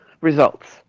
results